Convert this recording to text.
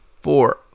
four